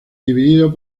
dividido